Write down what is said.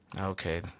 Okay